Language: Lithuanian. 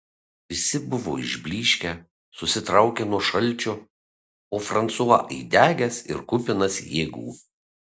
visi buvo išblyškę susitraukę nuo šalčio o fransua įdegęs ir kupinas jėgų